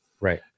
Right